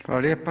Hvala lijepo.